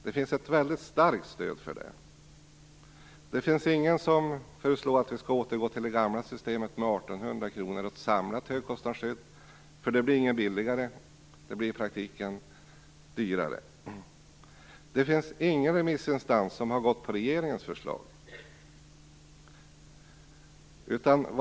Det finns ett väldigt starkt stöd för det. Det finns ingen som föreslår att vi skall återgå till det gamla systemet med 1 800 kr och ett samlat högkostnadsskydd. Det blir inte billigare, utan det är i praktiken dyrare. Det finns ingen remissinstans som har stött regeringens förslag.